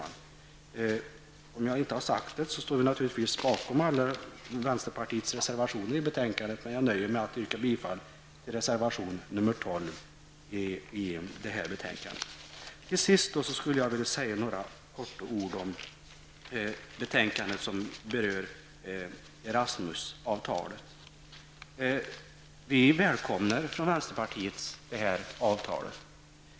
Jag står naturligtvis bakom alla vänsterpartiets reservationer till betänkandet, men jag nöjer mig med att yrka bifall till reservation 12 Jag vill slutligen säga några korta ord om det betänkande som berör Erasmus-avtalet. Vi i vänsterpartiet välkomnar detta avtal.